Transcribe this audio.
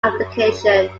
application